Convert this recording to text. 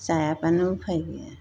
जायाब्लानो उफाय गैया